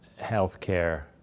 healthcare